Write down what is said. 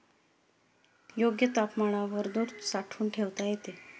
योग्य तापमानावर दूध साठवून ठेवता येते